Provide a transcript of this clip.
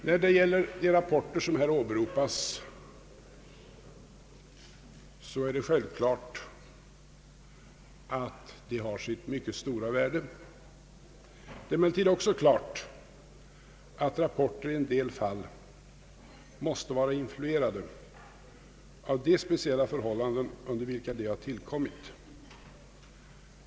Det är självklart att de rapporter som här åberopats har sitt mycket stora värde. Det är emellertid också klart att rapporterna i en del fall måste vara influerade av de speciella förhållanden under vilka de har tillkommit.